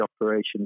operations